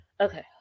Okay